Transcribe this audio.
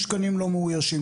יש תקנים לא מאוישים,